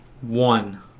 One